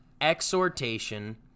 exhortation